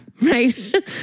right